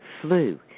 flu